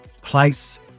place